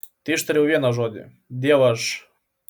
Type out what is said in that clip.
teištariau vieną žodį dievaž